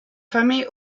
famille